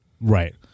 Right